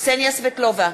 קסניה סבטלובה,